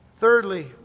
Thirdly